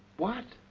what?